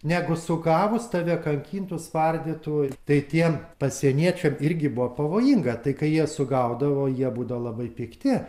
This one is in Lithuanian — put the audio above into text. negu sugavus tave kankintų spardytų ir tai tiem pasieniečiam irgi buvo pavojinga tai kai jie sugaudavo jie būdavo labai pikti